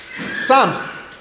Psalms